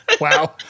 wow